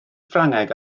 ffrangeg